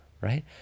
right